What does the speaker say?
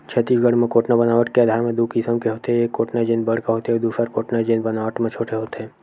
छत्तीसगढ़ म कोटना बनावट के आधार म दू किसम के होथे, एक कोटना जेन बड़का होथे अउ दूसर कोटना जेन बनावट म छोटे होथे